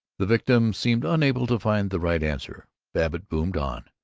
the victim seemed unable to find the right answer. babbitt boomed on